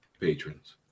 patrons